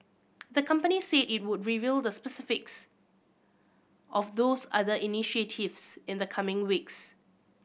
the company said it would reveal the specifics of those other initiatives in the coming weeks